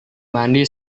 mandi